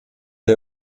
der